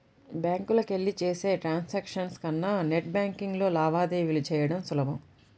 బ్యాంకులకెళ్ళి చేసే ట్రాన్సాక్షన్స్ కన్నా నెట్ బ్యేన్కింగ్లో లావాదేవీలు చెయ్యడం సులభం